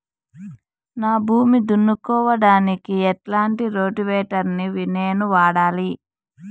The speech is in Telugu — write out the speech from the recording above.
నా భూమి దున్నుకోవడానికి ఎట్లాంటి రోటివేటర్ ని నేను వాడాలి?